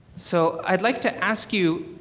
so i'd like to ask you,